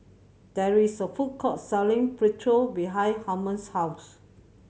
there is a food court selling Burrito behind Holmes' house